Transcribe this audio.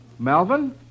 Melvin